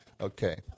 Okay